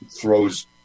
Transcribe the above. throws